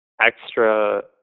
extra